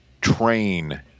train